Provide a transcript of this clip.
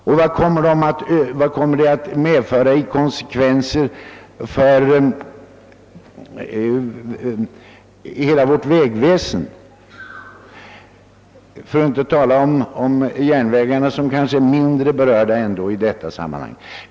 Vilka konsekvenser kommer det att medföra för hela vårt vägväsen för att inte tala om järnvägarna som kanske ändå blir mindre berörda i detta sammanhang?